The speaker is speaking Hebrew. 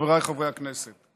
חבריי חברי הכנסת,